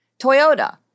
Toyota